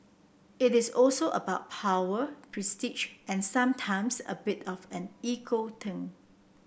it is also about power prestige and sometimes a bit of an ego thing